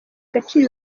agaciro